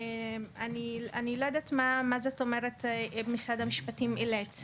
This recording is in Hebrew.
אני לא יודעת מה זאת אומרת "משרד המשפטים אילץ".